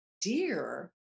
Dear